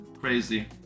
crazy